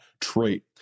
trait